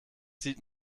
sieht